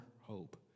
hope